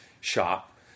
shop